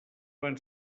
van